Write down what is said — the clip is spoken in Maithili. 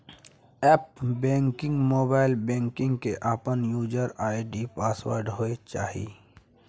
एप्प बैंकिंग, मोबाइल बैंकिंग के अपन यूजर आई.डी पासवर्ड होय चाहिए